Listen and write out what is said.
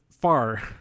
far